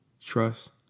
trust